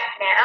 now